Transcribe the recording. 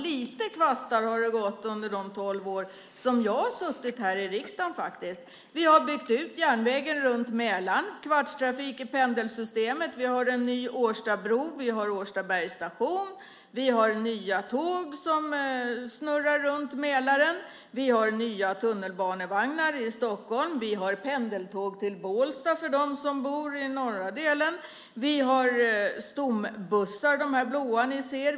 Några kvastar har gått under de tolv år som jag har suttit i riksdagen. Vi har byggt ut järnvägen runt Mälaren och fått kvartstrafik i pendelsystemet. Vi har en ny Årstabro. Vi har Årstabergs station. Vi har nya tåg som snurrar runt Mälaren. Vi har nya tunnelbanevagnar i Stockholm. Vi har pendeltåg till Bålsta för dem som bor i norra delen. Vi har stombussar, de blå bussar ni kan se.